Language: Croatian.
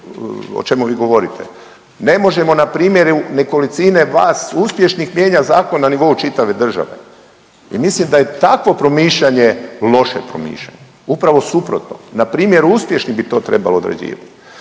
o čemu vi govorite. Ne možemo na primjeru nekolicine vas uspješnih mijenjati zakon na nivou čitave države i mislim da je takvo promišljanje loše promišljanje. Upravo suprotno, na primjeru uspješnih bi to trebalo određivat.